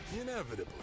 inevitably